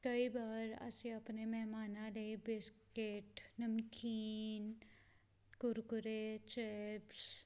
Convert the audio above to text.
ਕਈ ਵਾਰ ਅਸੀਂ ਆਪਣੇ ਮਹਿਮਾਨਾਂ ਲਈ ਬਿਸਕਿਟ ਨਮਕੀਨ ਕੁਰਕੁਰੇ ਚਿਪਸ